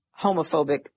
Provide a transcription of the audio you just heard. homophobic